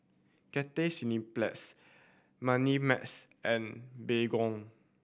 Cathay Cineplex Moneymax and Baygon